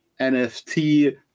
NFT